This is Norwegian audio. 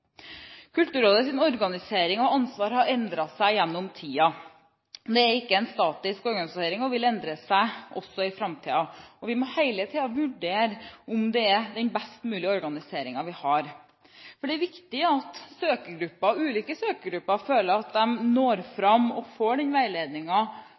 organisering og ansvar har endret seg gjennom tidene. Det er ikke en statisk organisering og vil endre seg også i framtiden. Vi må hele tiden vurdere om det er den best mulige organiseringen vi har. For det er viktig at ulike søkergrupper når fram og får den veiledningen som man ønsker, og at